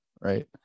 Right